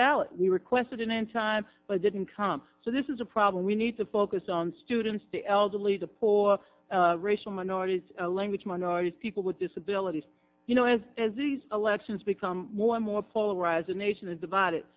ballot we requested in time but didn't come so this is a problem we need to focus on students the elderly the poor racial minorities language minorities people with disabilities you know as these elections become more and more polarized a nation is divided